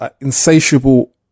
insatiable